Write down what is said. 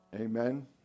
Amen